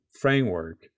framework